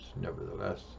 nevertheless